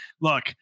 look